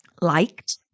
liked